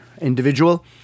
individual